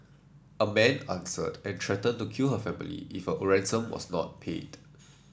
a man answered and threatened to kill her family if a ransom was not paid